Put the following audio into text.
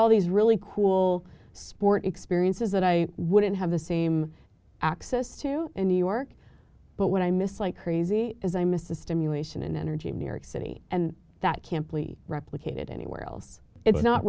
all these really cool sport experiences that i wouldn't have the same access to in new york but what i miss like crazy is i miss the stimulation and energy of new york city and that can please replicate it anywhere else it's not